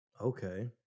okay